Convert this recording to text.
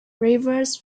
rivers